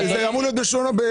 זה אמור להיות בשונות.